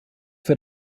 für